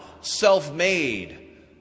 self-made